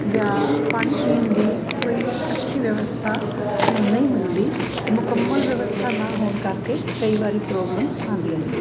ਜਾਂ ਪਾਣੀ ਪੀਣ ਦੀ ਕੋਈ ਅੱਛੀ ਵਿਵਸਥਾ ਨਹੀਂ ਮਿਲਦੀ ਤਾਂ ਮੁਕੰਮਲ ਵਿਵਸਥਾ ਨਾ ਹੋਣ ਕਰਕੇ ਕਈ ਵਾਰੀ ਪ੍ਰੋਬਲਮਸ ਆਉਂਦੀਆਂ ਨੇ